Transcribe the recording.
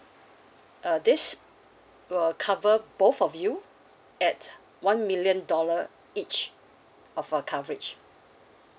uh this will cover both of you at one million dollar each of a coverage